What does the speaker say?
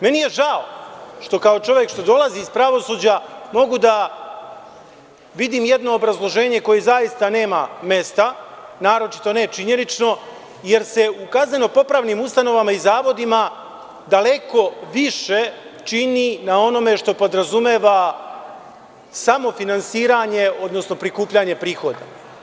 Meni je žao što kao čovek koji dolazi iz pravosuđa mogu da vidim jedno obrazloženje koje zaista nema mesta, naročito ne činjenično, jer se u kazneno-popravnim ustanovama i zavodima daleko više čini na onome što podrazumeva samofinansiranje odnosno prikupljanje prihoda.